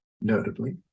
notably